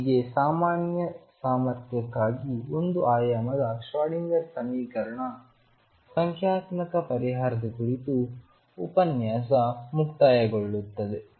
ಇಲ್ಲಿಗೆ ಸಾಮಾನ್ಯ ಸಾಮರ್ಥ್ಯಕ್ಕಾಗಿ ಒಂದು ಆಯಾಮದಲ್ಲಿ ಶ್ರೋಡಿಂಗರ್ ಸಮೀಕರಣದ ಸಂಖ್ಯಾತ್ಮಕ ಪರಿಹಾರದ ಕುರಿತು ಉಪನ್ಯಾಸ ಮುಕ್ತಾಯಗೊಳ್ಳುತ್ತದೆ